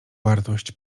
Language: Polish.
wartość